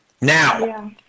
now